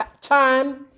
time